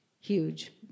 huge